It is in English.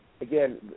Again